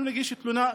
אנחנו נגיש תלונה,